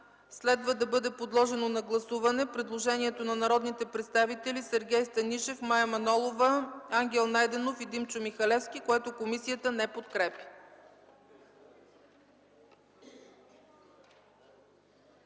следва да бъде подложено на гласуване предложението на народните представители Сергей Станишев, Мая Манолова, Ангел Найденов и Димчо Михалевски, което комисията не подкрепя.